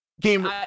game